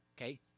okay